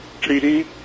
treaty